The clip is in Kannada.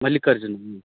ಮಲ್ಲಿಕಾರ್ಜುನ ಹ್ಞೂ